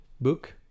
book